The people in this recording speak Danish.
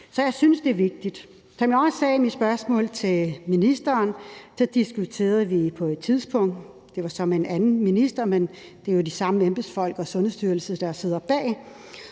Så jeg synes, det er vigtigt. Som jeg også sagde i mit spørgsmål til ministeren, diskuterede vi på et tidspunkt – det var så med en anden minister, men det er jo de samme embedsfolk og den samme Sundhedsstyrelse, der sidder bag